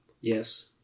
Yes